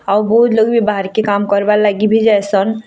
ଆଉ ବହୁତ୍ ଲୋଗ୍ ବି ବାହାର୍କେ କାମ୍ କର୍ ବାର୍ ଲାଗି ବି ଯାଏସନ୍